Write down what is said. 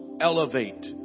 elevate